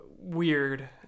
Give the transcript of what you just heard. Weird